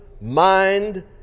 mind